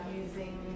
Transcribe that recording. using